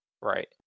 Right